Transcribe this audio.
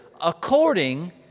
according